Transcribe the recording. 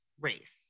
race